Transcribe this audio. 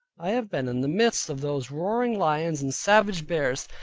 i have been in the midst of those roaring lions, and savage bears,